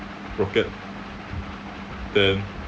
rocket then